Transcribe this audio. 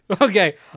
okay